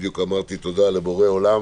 בדיוק אמרתי תודה לבורא עולם